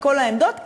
מכל העמדות,